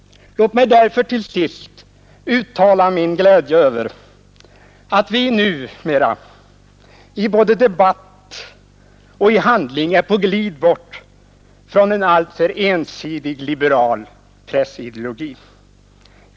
Låt mig därför till sist uttala min glädje över att vi numera i både debatt och handling är på glid bort ifrån en alltför ensidig liberal pressideologi.